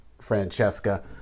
Francesca